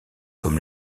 comme